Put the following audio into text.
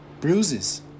bruises